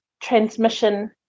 transmission